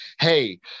hey